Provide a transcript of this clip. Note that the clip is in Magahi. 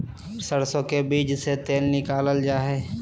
सरसो के बीज से तेल निकालल जा हई